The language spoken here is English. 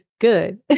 good